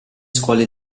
scuole